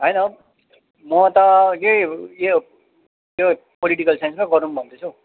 हैन हो म त यही यो यो पोलिटिकल साइन्समा गरौँ भन्दैछु हो